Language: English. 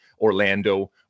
Orlando